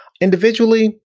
individually